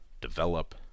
develop